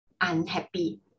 unhappy